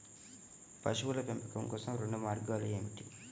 పశువుల పెంపకం కోసం రెండు మార్గాలు ఏమిటీ?